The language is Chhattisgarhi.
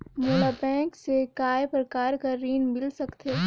मोला बैंक से काय प्रकार कर ऋण मिल सकथे?